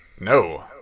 No